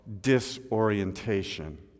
disorientation